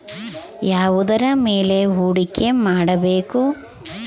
ಯಾವುದರ ಮೇಲೆ ಹೂಡಿಕೆ ಮಾಡಬೇಕು?